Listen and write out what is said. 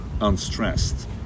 unstressed